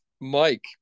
Mike